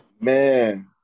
Man